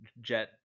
jet